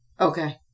Okay